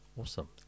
Awesome